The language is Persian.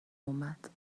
اومد